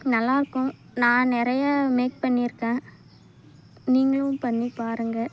நல்லா இருக்கும் நான் நிறைய மேக் பண்ணியிருக்கேன் நீங்களும் பண்ணி பாருங்கள்